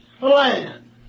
land